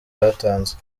batanze